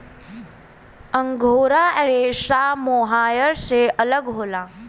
angora रेसा mohair से अलग होला